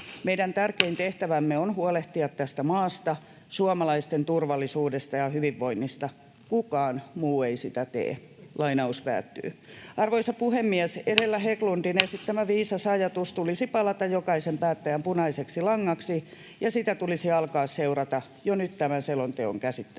Meidän tärkein tehtävämme on huolehtia tästä maasta, suomalaisten turvallisuudesta ja hyvinvoinnista. Kukaan muu ei sitä tee.” Arvoisa puhemies! Edellä Hägglundin esittämän viisaan ajatuksen tulisi palata jokaisen päättäjän punaiseksi langaksi, ja sitä tulisi alkaa seurata jo nyt tämän selonteon käsittelyssä.